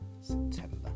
September